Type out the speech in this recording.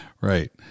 Right